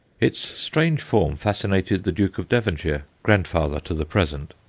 its strange form fascinated the duke of devonshire, grandfather to the present,